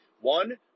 one